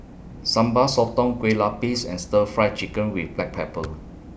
Sambal Sotong Kueh Lapis and Stir Fry Chicken with Black Pepper